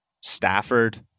Stafford